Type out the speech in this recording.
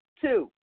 Two